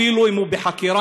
אפילו אם הוא בחקירה,